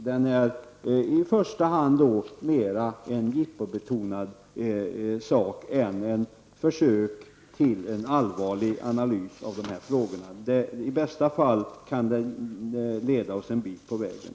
Den är därför snarare jippobetonad än ett försök till en allvarlig analys av de här frågorna. I bästa fall kan den leda oss en bit på vägen.